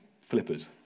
flippers